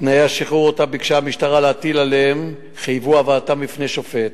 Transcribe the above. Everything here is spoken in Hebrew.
תנאי השחרור שביקשה המשטרה להטיל עליהם חייבו את הבאתם בפני שופט.